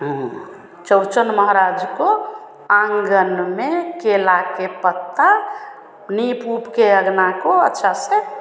चौरचन महराज को आँगन में केला के पत्ता लीप उपकर अँगना को अच्छा से